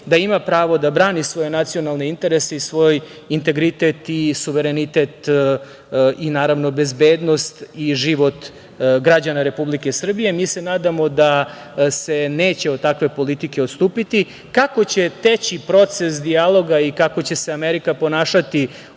da ima pravo da brani svoje nacionalne interese i svoj integritet i suverenitet i bezbednost i život građana Republike Srbije. Nadamo se da se neće od takve politike odstupiti. Kako će teći proces dijaloga i kako će se Amerika ponašati